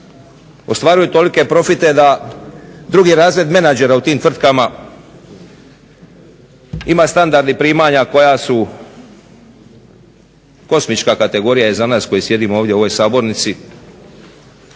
ostvaruju tolike profite da drugi razred menadžera u tim tvrtkama ima standard i primanja koja su kozmička kategorija i za nas koji sjedimo ovdje u ovoj sabornici